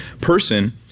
person